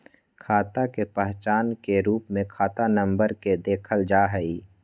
खाता के पहचान के रूप में खाता नम्बर के देखल जा हई